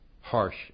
harsh